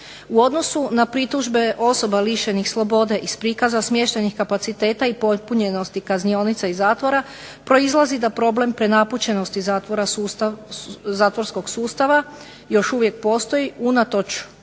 U odnosu na pritužbe osoba lišenih slobode iz prikaza smještajnih kapaciteta i popunjenosti kaznionica i zatvora, proizlazi da problem prenapučenosti zatvorskog sustava još uvijek postoji unatoč